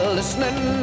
listening